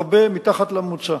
הרבה מתחת לממוצע,